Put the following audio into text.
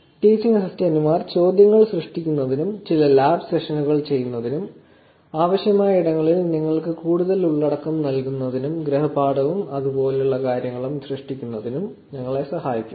teaching അസിസ്റ്റന്റുമാർ ചോദ്യങ്ങൾ സൃഷ്ടിക്കുന്നതിനും ചില ലാബ് സെഷനുകൾ ചെയ്യുന്നതിനും ആവശ്യമായ ഇടങ്ങളിൽ നിങ്ങൾക്ക് കൂടുതൽ ഉള്ളടക്കം നൽകുന്നതിനും ഗൃഹപാഠവും അതുപോലുള്ള കാര്യങ്ങളും സൃഷ്ടിക്കുന്നതിനും ഞങ്ങളെ സഹായിക്കും